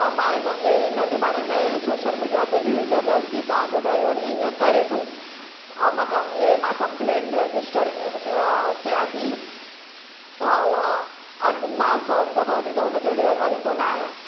ऐं मां हिनजे हिनजे बारे में शोशल मिडीया ते बि विझंदसि की तव्हांजो ड्राइवर इहो इहो इअं इअं करे थो ऐं मां कंप इहो मां कंप्लेन रजिस्टर क कयां थी ऐं अग मां सौ रुपए खां वधीक हुनखे ॾियण वारी कोन आहियां